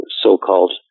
so-called